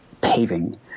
paving